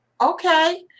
Okay